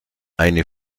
eine